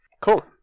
Cool